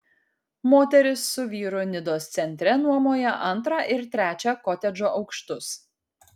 moteris su vyru nidos centre nuomoja antrą ir trečią kotedžo aukštus